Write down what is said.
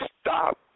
stop